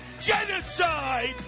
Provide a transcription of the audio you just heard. genocide